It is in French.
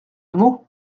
meaux